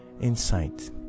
insight